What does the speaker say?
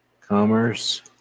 Commerce